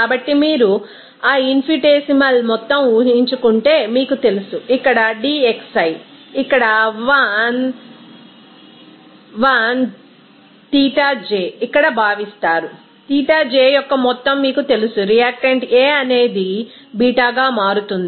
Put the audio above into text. కాబట్టి మీరు ఆ ఇన్ఫినిటేసిమల్ మొత్తం ఊహించుకుంటే మీకు తెలుసు ఇక్కడ dxi ఇక్కడ 1 ξj ఇక్కడ భావిస్తారు ξj యొక్క మొత్తం మీకు తెలుసు రియాక్టెంట్ A అనేది B గా మారుతుంది